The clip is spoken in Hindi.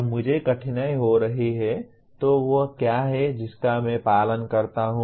जब मुझे कठिनाई हो रही है तो वह क्या है जिसका मैं पालन करता हूं